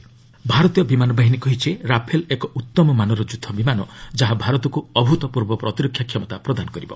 IAF Rafale ଭାରତୀୟ ବିମାନ ବାହିନୀ କହିଛି ରାଫେଲ୍ ଏକ ଉତ୍ତମମାନର ଯୁଦ୍ଧ ବିମାନ ଯାହା ଭାରତକୁ ଅଭ୍ତପୂର୍ବ ପ୍ରତିରକ୍ଷା କ୍ଷମତା ପ୍ରଦାନ କରିବ